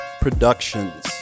Productions